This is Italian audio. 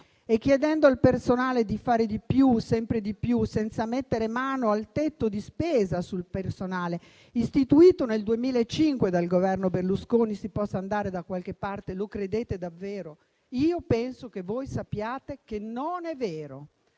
e chiedendo al personale di fare di più, sempre di più, senza mettere mano al tetto di spesa sul personale, istituito nel 2005 dal Governo Berlusconi, si possa andare da qualche parte? Lo credete davvero? Io penso che voi sappiate che non è vero: